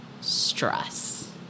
stress